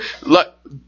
look